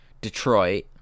Detroit